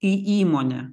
į įmonę